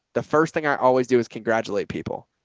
the first thing i always do is congratulate people.